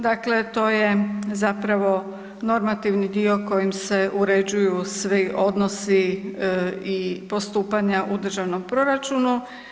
Dakle, to je zapravo normativni dio kojim se uređuju svi odnosi i postupanja u državnom proračunu.